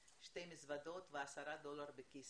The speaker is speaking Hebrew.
עם שתי מזוודות ו-10 דולר בכיס.